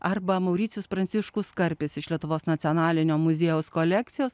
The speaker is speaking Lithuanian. arba mauricijus pranciškus karpis iš lietuvos nacionalinio muziejaus kolekcijos